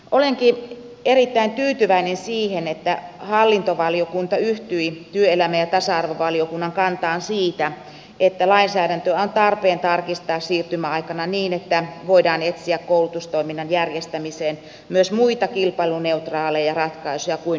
olenkin erittäin tyytyväinen siihen että hallintovaliokunta yhtyi työelämä ja tasa arvovaliokunnan kantaan siitä että lainsäädäntöä on tarpeen tarkistaa siirtymäaikana niin että voidaan etsiä koulutustoiminnan järjestämiseen myös muita kilpailuneutraaleja ratkaisuja kuin yhtiöittäminen